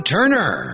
Turner